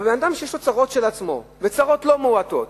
אבל אדם שיש לו צרות של עצמו, וצרות לא מועטות,